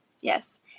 Yes